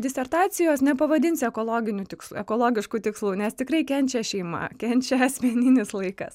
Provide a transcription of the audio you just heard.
disertacijos nepavadinsi ekologiniu tiks ekologišku tikslu nes tikrai kenčia šeima kenčia asmeninis laikas